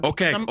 Okay